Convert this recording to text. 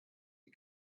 die